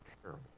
terrible